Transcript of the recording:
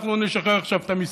אנחנו נשחרר עכשיו את המיסים,